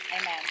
Amen